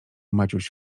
maciuś